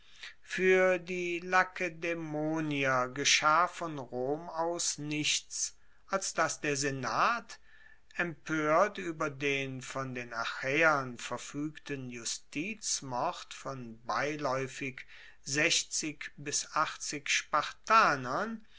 fuer die lakedaemonier geschah von rom aus nichts als dass der senat empoert ueber den von den achaeern verfuegten justizmord von beilaeufig